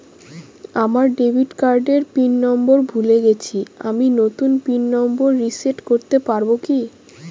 আমার ডেবিট কার্ডের pin number ভুলে গেছি আমি নূতন পিন নম্বর রিসেট করতে পারবো কি?